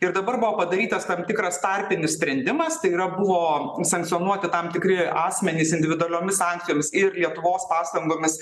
ir dabar buvo padarytas tam tikras tarpinis sprendimas tai yra buvo sankcionuoti tam tikri asmenys individualiomis sankcijomis ir lietuvos pastangomis